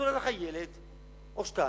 נולד לך ילד, או שניים,